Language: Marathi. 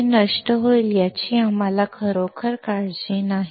ते नष्ट होईल याची आम्हाला खरोखर काळजी नाही